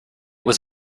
was